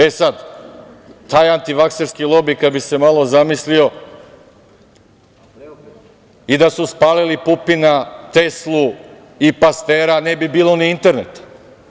E sad, taj antivakserski lobi, kad bi se malo zamislio, i da su spalili Pupina, Teslu i Pastera ne bi bilo ni interneta.